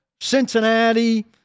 Cincinnati